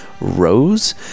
Rose